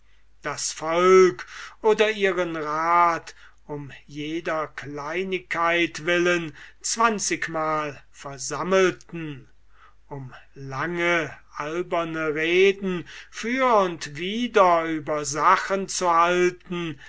das volk oder ihren rat um jeder kleinigkeit willen zwanzigmal versammelten um lange alberne reden pro und contra über sachen zu halten